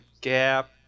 gap